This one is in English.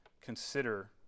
consider